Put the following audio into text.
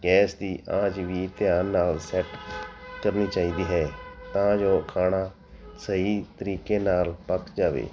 gas ਦੀ ਆਂਚ ਵੀ ਧਿਆਨ ਨਾਲ ਸੈਟ ਕਰਨੀ ਚਾਹੀਦੀ ਹੈ ਤਾਂ ਜੋ ਖਾਣਾ ਸਹੀ ਤਰੀਕੇ ਨਾਲ ਪੱਕ ਜਾਵੇ